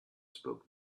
spoke